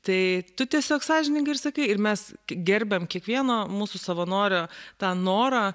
tai tu tiesiog sąžiningai ir sakai ir mes gerbiam kiekvieno mūsų savanorio tą norą